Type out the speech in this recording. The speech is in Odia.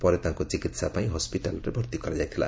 ପରେ ତାଙ୍କୁ ଚିକିହା ପାଇଁ ହସ୍ୱିଟାଲରେ ଭର୍ତ୍ତି କରାଯାଇଥିଲା